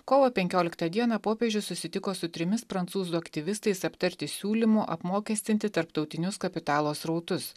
kovo penkioliktą dieną popiežius susitiko su trimis prancūzų aktyvistais aptarti siūlymo apmokestinti tarptautinius kapitalo srautus